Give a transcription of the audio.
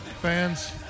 Fans